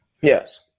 Yes